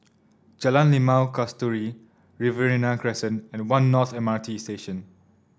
Jalan Limau Kasturi Riverina Crescent and One North M R T Station